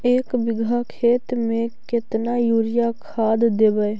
एक बिघा खेत में केतना युरिया खाद देवै?